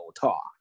talk